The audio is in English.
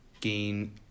gain